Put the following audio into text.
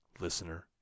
Listener